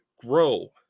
grow